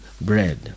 bread